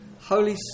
Holy